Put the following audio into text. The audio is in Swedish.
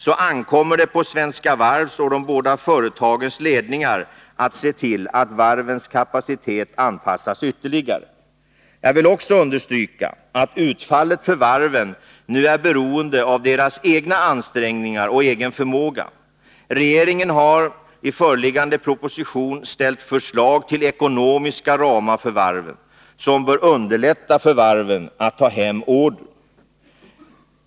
Det ankommer på Svenska Varvs och de båda företagens ledningar att se till att varvens kapacitet anpassas ytterligare. Jag vill också understryka att utfallet för varven nu är beroende av deras egna ansträngningar och egen förmåga. Regeringen har i föreliggande proposition ställt förslag till ekonomiska ramar för varven, som bör underlätta för varven att ta hem order.